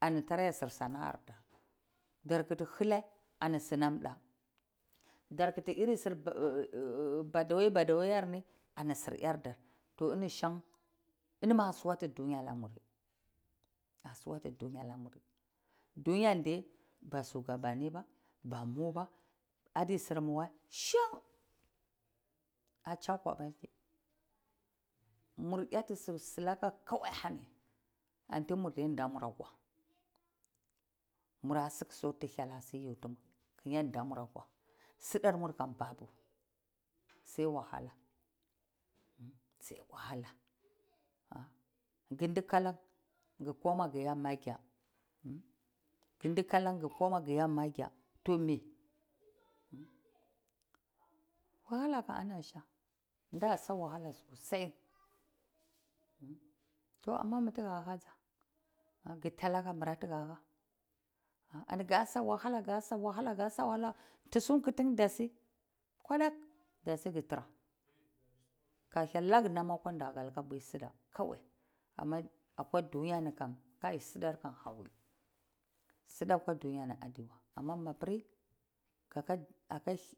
Ana tare sar sana ar dar, dar kiti hile ani sinam da dar kiti iri sinam ba-dawe-ba dawe ani sir yar dar to ini shan ah siwatu dunyar anamuri dunyanar diye ba sugabani ba, ba mu ba adi sirmurwe shu acakwadilti mur yati sir silaka kowai ahani anti da murdi murakwa mura sik soti hyel a siyitimur kile da murakwa sidar murkam babu sai wahala, sai wahala ndi ndu kalan gi koma gi ya michael, ndi ndu kalan gi koma gi ya michael toh mai? wahala kam ana sha nda sa wahala so sai ama mi tiga ha dza ah gi talaka mure tigaha ani ga sa wahala ga sa wahala ga sawahala nti sun kutine ani datsi ani datsi gu tara kaz-hyel nage nam akwanda aga lika bwi sida kowai ama akwa dunyani kam kai sidar kam hawi sida akwa dunyani adi wai ama ma pri kaga